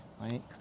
right